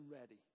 ready